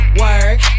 work